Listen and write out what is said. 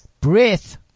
Breath